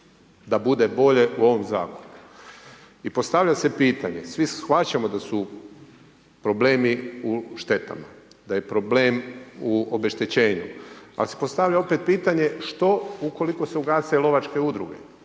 da bude bolje u ovom Zakonu. I postavlja se pitanje, svi shvaćamo da su problemi u štetama. Da je problem u obeštećenju, ali se postavlja opet pitanje što ukoliko se ugase lovačke udruge,